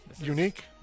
unique